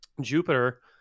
Jupiter